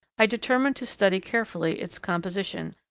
i determined to study carefully its composition,